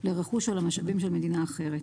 לרכוש או למשאבים של מדינה אחרת.